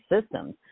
systems